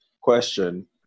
question